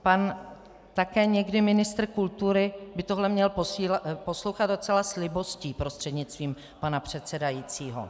Pan také někdy ministr kultury by tohle měl poslouchat docela s libostí, prostřednictvím pana předsedajícího.